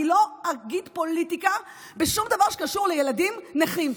אני לא אגיד פוליטיקה בשום דבר שקשור לילדים נכים.